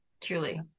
truly